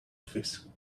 office